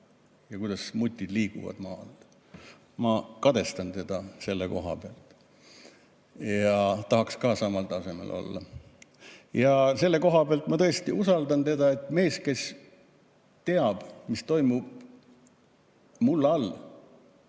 ja kuidas mutid liiguvad maa all. Ma kadestan teda selle koha pealt ja tahaks ka samal tasemel olla. Selle koha pealt ma tõesti usaldan teda, et kui mees teab, mis toimub mulla all,